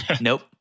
nope